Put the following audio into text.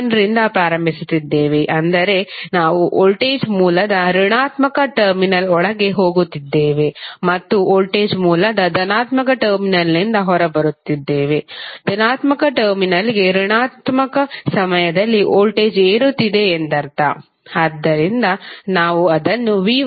ರಿಂದ ಪ್ರಾರಂಭಿಸುತ್ತಿದ್ದೇವೆ ಅಂದರೆ ನಾವು ವೋಲ್ಟೇಜ್ ಮೂಲದ ಋಣಾತ್ಮಕ ಟರ್ಮಿನಲ್ ಒಳಗೆ ಹೋಗುತ್ತಿದ್ದೇವೆ ಮತ್ತು ವೋಲ್ಟೇಜ್ ಮೂಲದ ಧನಾತ್ಮಕ ಟರ್ಮಿನಲ್ನಿಂದ ಹೊರಬರುತ್ತಿದ್ದೇವೆ ಧನಾತ್ಮಕ ಟರ್ಮಿನಲ್ಗೆ ಋಣಾತ್ಮಕ ಸಮಯದಲ್ಲಿ ವೋಲ್ಟೇಜ್ ಏರುತ್ತಿದೆ ಎಂದರ್ಥ ಆದ್ದರಿಂದ ನಾವು ಅದನ್ನು v1